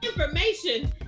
information